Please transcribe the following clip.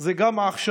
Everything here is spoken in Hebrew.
היא גם עכשיו,